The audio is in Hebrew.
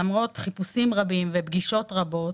למרות חיפושים רבים ופגישות רבות,